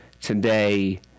Today